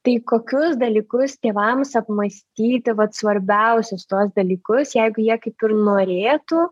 tai kokius dalykus tėvams apmąstyti vat svarbiausius tuos dalykus jeigu jie kaip ir norėtų